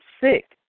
sick